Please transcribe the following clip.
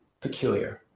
peculiar